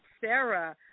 Sarah